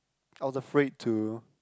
I was afraid to